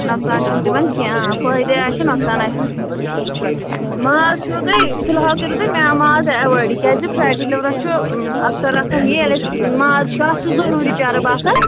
نۄقصان چھُنہٕ تِمن کیٚنٛہہ آ فٲیدٕ آسہِ نۄقصان آسہِ نہٕ کِہیٖنٛۍ ماز چھُنہٕ تۄہہِ فِحال کٔرِو تُہۍ ماز ایٚوایڈی کیٛازِ کہِ فیٹی لِورس چھُ اکثر آسان یہِ ییٚلہِ أسۍ ماز چھُ آسان ضروٗری چرٕب آسان